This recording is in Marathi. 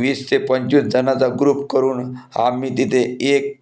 वीस ते पंचवीस जणाचा ग्रुप करून आम्ही तिथे एक